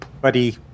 buddy